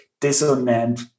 dissonant